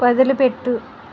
వదిలిపెట్టు